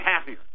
happier